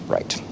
Right